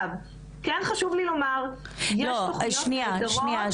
כן חשוב לי לומר שיש תוכניות נהדרות במשרד הבריאות --- שנייה.